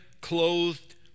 clothed